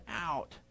out